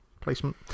placement